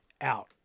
out